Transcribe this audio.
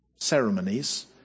ceremonies